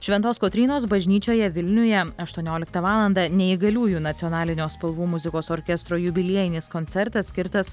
šventos kotrynos bažnyčioje vilniuje aštuonioliktą valandą neįgaliųjų nacionalinio spalvų muzikos orkestro jubiliejinis koncertas skirtas